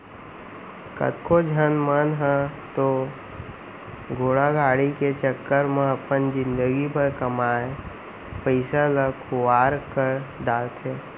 कतको झन मन ह तो धोखाघड़ी के चक्कर म अपन जिनगी भर कमाए पइसा ल खुवार कर डारथे